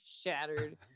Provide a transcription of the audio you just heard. shattered